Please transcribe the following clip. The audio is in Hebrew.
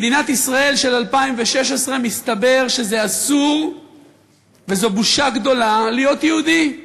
במדינת ישראל של 2016 מסתבר שזה אסור וזו בושה גדולה להיות יהודי.